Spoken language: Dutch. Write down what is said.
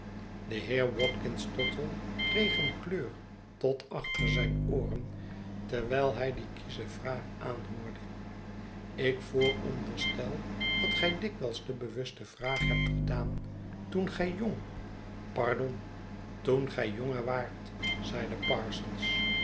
de heer watkins tottle kreeg een kleur tot achter zijn ooren terwijl hij die kiesche vraag aanhoorde ik vooronderstel dat gij dikwijls de bewuste vraag hebt gedaan toen gij jong pardon toen gij jonger waart zeide parsons